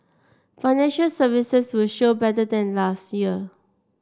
financial services will show better than last year